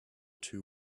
two